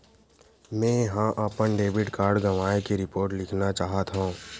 मेंहा अपन debit card गवाए के रिपोर्ट लिखना चाहत हव